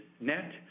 net